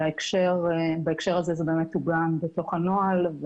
ובהקשר הזה זה באמת עוגן בתוך הנוהל.